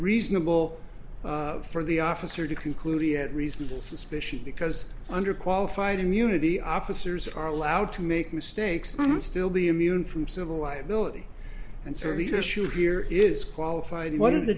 reasonable for the officer to conclude he had reasonable suspicion because under qualified immunity officers are allowed to make mistakes and still be immune from civil liability and serve the issue here is qualified what did the